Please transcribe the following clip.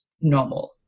normal